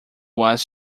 was